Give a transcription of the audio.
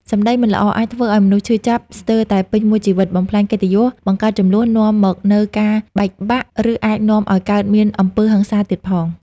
សម្ដីមិនល្អ អាចធ្វើឱ្យមនុស្សឈឺចាប់ស្ទើរតែពេញមួយជីវិត បំផ្លាញកិត្តិយស បង្កើតជម្លោះ នាំមកនូវការបែកបាក់ ឬអាចនាំឱ្យកើតមានអំពើហិង្សាទៀតផង។